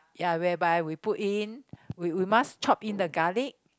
ya whereby we put in we we must chop in the garlic